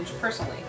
personally